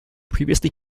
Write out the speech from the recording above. previously